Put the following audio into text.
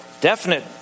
definite